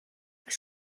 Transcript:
oes